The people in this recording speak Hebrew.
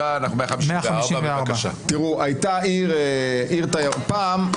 154. פעם,